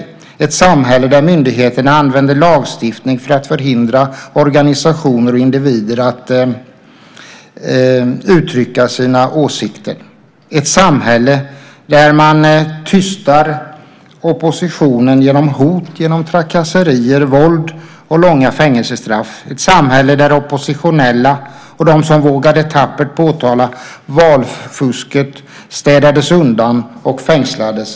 Det är ett samhälle där myndigheterna använder lagstiftning för att förhindra organisationer och individer att uttrycka sina åsikter. Det är ett samhälle där man tystar oppositionen genom hot, trakasserier, våld och långa fängelsestraff. Det är ett samhälle där oppositionella och de som vågade tappert påtala valfusket städades undan och fängslades.